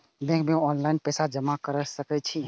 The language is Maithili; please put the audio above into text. बैंक में ऑनलाईन पैसा जमा कर सके छीये?